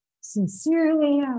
sincerely